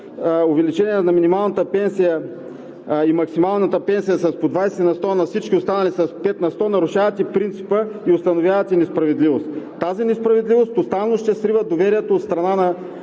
увеличение на минималната пенсия и максималната пенсия с по 20 на сто, на всички останали с 5 на сто нарушавате принципа и установявате несправедливост. Тази несправедливост тотално ще срива доверието от страна на